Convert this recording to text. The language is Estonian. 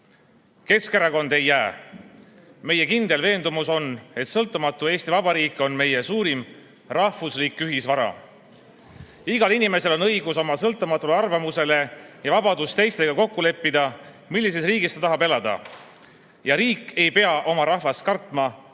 Keskerakond ei jää. Meie kindel veendumus on, et sõltumatu Eesti Vabariik on meie suurim rahvuslik ühisvara. Igal inimesel on õigus oma sõltumatule arvamusele ja vabadus teistega kokku leppida, millises riigis ta tahab elada. Riik ei pea oma rahvast kartma,